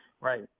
Right